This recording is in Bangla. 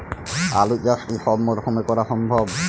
আলু চাষ কি সব মরশুমে করা সম্ভব?